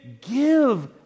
give